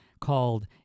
called